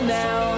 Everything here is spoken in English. now